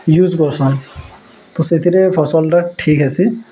use କର୍ସନ୍ ତ ସେଥିରେ ଫସଲ୍ଟା ଠିକ୍ ହେସି